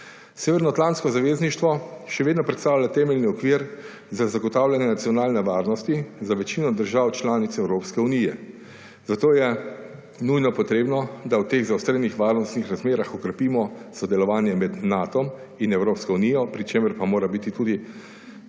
Severnoatlantsko zavezništvo še vedno predstavlja temeljni okvir za zagotavljanje nacionalne varnosti za večino držav članic Evropske unije. Zato je nujno potrebno, da v teh zaostrenih varnostnih razmerah okrepimo sodelovanje med Natom in Evropsko unijo, pri čemer pa mora biti tudi